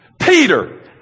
Peter